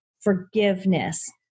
forgiveness